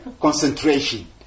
concentration